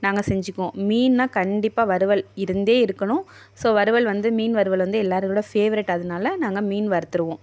நாங்கள் செஞ்சுப்போம் மீன்னால் கண்டிப்பாக வறுவல் இருந்தே இருக்கணும் ஸோ வறுவல் வந்து மீன் வறுவல் வந்து எல்லாரோடய ஃபேவரெட் அதனால நாங்கள் மீன் வறுத்துடுவோம்